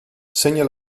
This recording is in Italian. segna